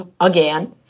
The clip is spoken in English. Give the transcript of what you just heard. again